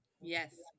Yes